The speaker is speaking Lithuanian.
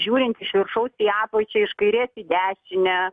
žiūrint iš viršaus į apačią iš kairės į dešinę